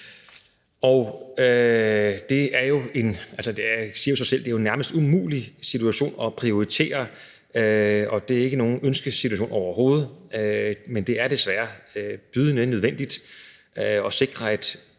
at det nærmest er en umulig situation at prioritere, og det er ikke nogen ønskesituation overhovedet, men det er desværre bydende nødvendigt at sikre,